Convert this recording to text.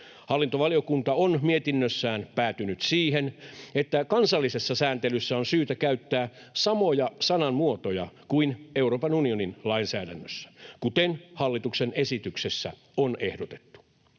Hallintovaliokunta on mietinnössään päätynyt siihen, että kansallisessa sääntelyssä on syytä käyttää samoja sanamuotoja kuin Euroopan unionin lainsäädännössä, kuten hallituksen esityksessä on ehdotettu.